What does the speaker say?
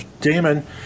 Damon